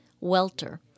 Welter